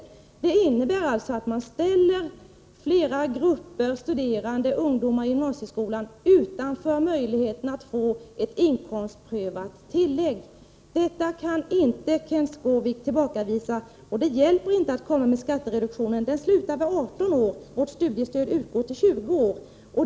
Det innebär att man ställer flera grupper studerande ungdomar i gymnasieskolan utanför möjligheterna att få ett inkomstprövat tillägg. Detta kan Kenth Skårvik inte tillbakavisa. Det hjälper inte att komma med skattereduktionen — den slutar vid 18 år, medan studiestöd utgår till 20 år.